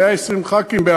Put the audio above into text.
120 חברי הכנסת,